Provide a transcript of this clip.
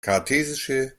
kartesische